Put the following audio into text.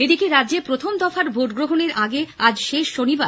এদিকে রাজ্যে প্রথম দফার ভোট গ্রহণের আগে আজ শেষ শনিবার